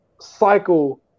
cycle